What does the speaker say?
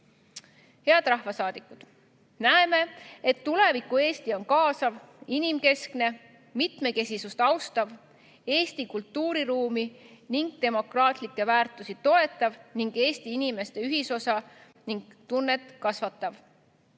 rahvasaadikud! Näeme, et tuleviku Eesti on kaasav, inimkeskne, mitmekesisust austav, Eesti kultuuriruumi ja demokraatlikke väärtusi toetav ning Eesti inimeste ühisosa ja ‑tunnet kasvatav.